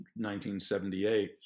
1978